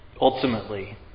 Ultimately